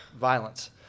violence